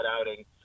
outing